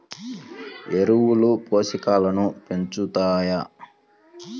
ఎరువులు పోషకాలను పెంచుతాయా?